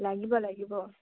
লাগিব লাগিব